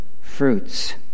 fruits